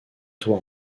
toit